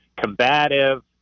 combative